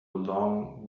long